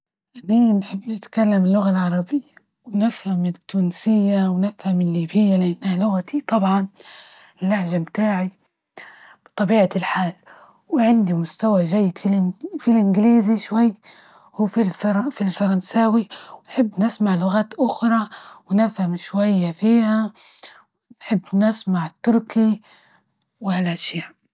إحني نحب نتكلم اللغة العربية، ونفهم التونسية، ونفهم الليبية لإنها لغتي طبعا، اللهجة بتاعي بطبيعة الحال وعندي مستوى جيد في الإنجليزي شوي، وفي- في الفرنساوي، ونحب نسمع لغات أخرى، ونفهم فيها شوي ونحب نسمع التركي وها الأشياء.